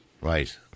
right